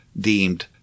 deemed